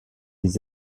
les